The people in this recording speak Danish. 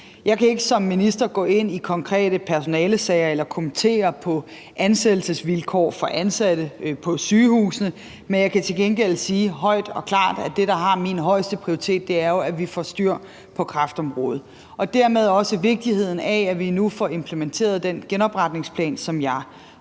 Jeg kan ikke som minister gå ind i konkrete personalesager eller kommentere på ansættelsesvilkår for ansatte på sygehusene. Men jeg kan til gengæld sige højt og klart, at det, der har min højeste prioritet, jo er, at vi får styr på kræftområdet, og dermed også understrege vigtigheden af, at vi nu får implementeret den genopretningsplan, som jeg